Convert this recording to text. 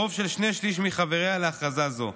ברוב של שני-שלישים מחבריה, להכרזה זו.